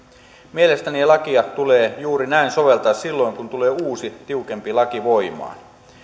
mielestäni lakia tulee juuri näin soveltaa silloin kun tulee uusi tiukempi laki voimaan